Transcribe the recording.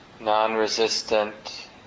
Non-resistant